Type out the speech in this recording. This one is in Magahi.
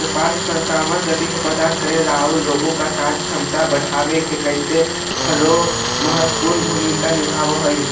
व्यापार के सकारात्मक गति प्रदान करे में आउ लोग के क्रय क्षमता बढ़ावे में कैश फ्लो महत्वपूर्ण भूमिका निभावऽ हई